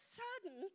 sudden